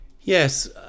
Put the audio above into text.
Yes